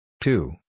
Two